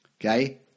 Okay